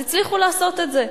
הצליחו לעשות את זה.